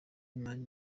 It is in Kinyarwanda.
mani